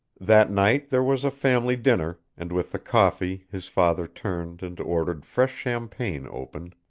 that night there was a family dinner, and with the coffee his father turned and ordered fresh champagne opened.